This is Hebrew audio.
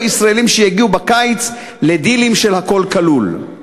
הישראלים שיגיעו בקיץ לדילים של "הכול כלול".